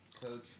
Coach